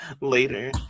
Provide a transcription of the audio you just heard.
later